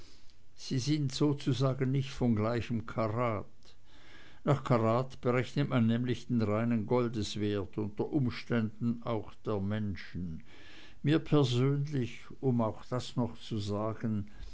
sie sind sozusagen nicht von gleichem karat nach karat berechnet man nämlich den reinen goldeswert unter umständen auch der menschen mir persönlich um auch das noch zu sagen